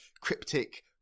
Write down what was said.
cryptic